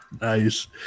Nice